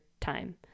Time